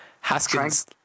Haskins